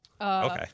okay